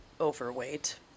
overweight